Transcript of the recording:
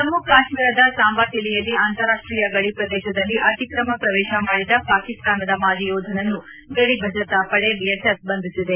ಜಮ್ನು ಕಾಶ್ನೀರದ ಸಾಂಬಾ ಜಿಲ್ಲೆಯಲ್ಲಿ ಅಂತಾರಾಷ್ನೀಯ ಗಡಿ ಪ್ರದೇಶದಲ್ಲಿ ಅತಿಕ್ರಮ ಪ್ರವೇಶ ಮಾಡಿದ ಪಾಕಿಸ್ತಾನದ ಮಾಜಿ ಯೋಧನನ್ನು ಗಡಿ ಭದ್ರತಾಪಡೆ ಬಿಎಸ್ಎಫ್ ಬಂಧಿಸಿದೆ